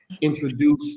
introduce